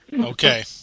okay